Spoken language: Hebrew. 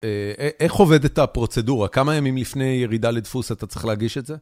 אה אה... איך עובדת הפרוצדורה? כמה ימים לפני ירידה לדפוס אתה צריך להגיש את זה?